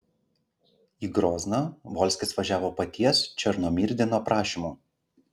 į grozną volskis važiavo paties černomyrdino prašymu